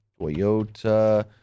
Toyota